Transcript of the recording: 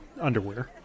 underwear